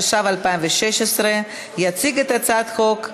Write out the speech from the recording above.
התשע"ו 2016. יציג את הצעת החוק,